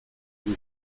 dira